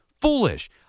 foolish